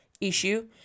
issue